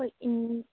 ꯍꯣꯏ